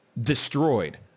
destroyed